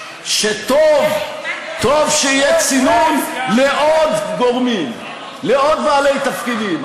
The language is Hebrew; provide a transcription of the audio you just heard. שטוב שיהיה צינון לעוד גורמים, לעוד בעלי תפקידים.